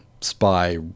spy